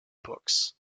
books